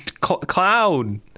Cloud